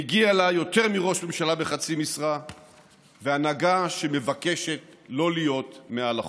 מגיע לה יותר מראש ממשלה בחצי משרה והנהגה שלא מבקשת להיות מעל החוק.